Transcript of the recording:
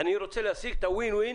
אני רוצה להשיג את ה win-win,